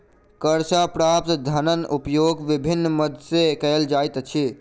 कर सॅ प्राप्त धनक उपयोग विभिन्न मद मे कयल जाइत अछि